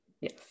yes